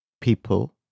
people